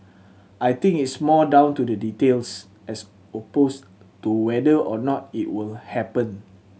I think it's more down to the details as opposed to whether or not it will happen